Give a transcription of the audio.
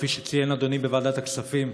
כפי שציין אדוני בוועדת הכספים,